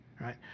right